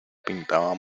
pintaba